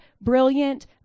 brilliant